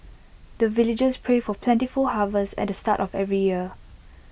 the villagers pray for plentiful harvest at the start of every year